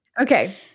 Okay